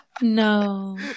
No